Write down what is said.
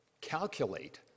calculate